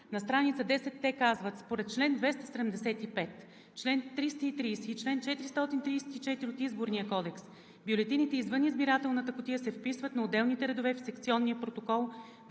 на стр. 10 те казват: „Според чл. 275, чл. 330 и чл. 434 от Изборния кодекс бюлетините извън избирателната кутия се вписват на отделни редове в секционния протокол,